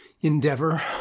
endeavor